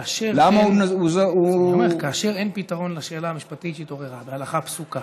כאשר אין פתרון לשאלה המשפטית שהתעוררה בהלכה פסוקה